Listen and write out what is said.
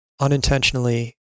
unintentionally